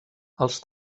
els